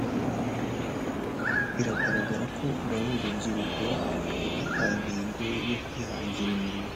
Aha biragaragara ko uru ari urubyiruko rwihaye intego yo kwihangira imirimo,